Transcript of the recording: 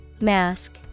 Mask